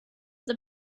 the